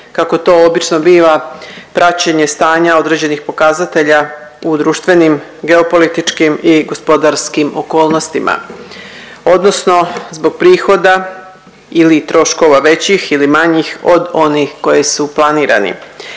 kako to obično biva praćenje stanja određenih pokazatelja u društvenim, geopolitičkim i gospodarskim okolnostima odnosno zbog prihoda ili troškova većih ili manjih od onih koji su planirani.